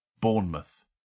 Bournemouth